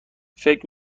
فکر